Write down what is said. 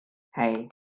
hey